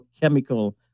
chemical